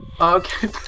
Okay